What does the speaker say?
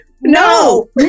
no